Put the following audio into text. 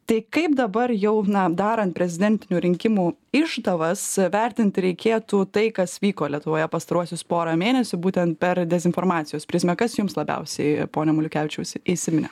tai kaip dabar jau na darant prezidentinių rinkimų išdavas vertinti reikėtų tai kas vyko lietuvoje pastaruosius porą mėnesių būtent per dezinformacijos prizmę kas jums labiausiai pone maliukevičiau įsiminė